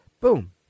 Boom